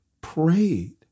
prayed